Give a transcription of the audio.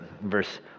verse